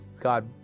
God